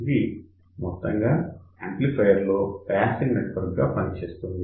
ఇది మొత్తంగా యాంప్లిఫయర్ లో బయాసింగ్ నెట్వర్క్ గా పనిచేస్తుంది